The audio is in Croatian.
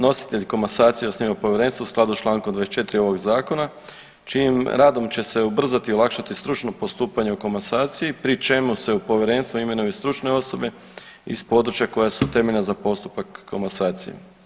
Nositelj komasacije osniva povjerenstvo u skladu s Člankom 24. ovog zakona čijim radom će se ubrzati i olakšati stručno postupanje u komasaciji pri čemu se u povjerenstvo imenuju stručne osobe iz područja koja su temeljna za postupak komasacije.